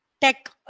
tech